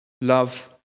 Love